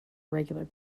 regular